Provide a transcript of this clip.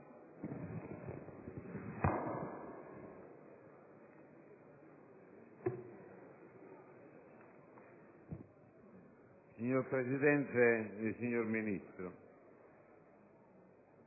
Signor Presidente, signor Ministro,